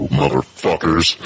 motherfuckers